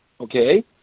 okay